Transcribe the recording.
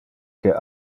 que